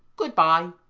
good-bye,